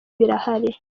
birahari